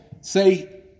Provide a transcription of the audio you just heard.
say